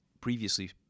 previously